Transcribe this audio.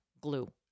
Glue